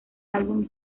album